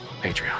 Patreon